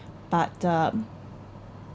but um